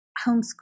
homeschool